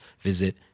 visit